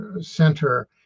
center